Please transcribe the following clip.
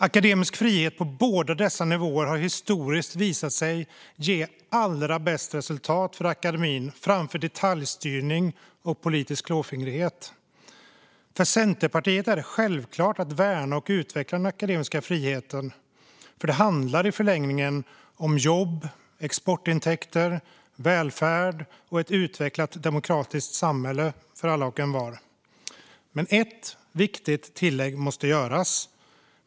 Akademisk frihet på båda dessa nivåer har historiskt visat sig ge allra bäst resultat för akademin framför detaljstyrning och politisk klåfingrighet. För Centerpartiet är det självklart att värna och utveckla den akademiska friheten. Det handlar i förlängningen om jobb, exportintäkter, välfärd, och ett utvecklat demokratiskt samhälle för alla och envar. Men ett viktigt tillägg måste göras.